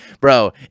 Bro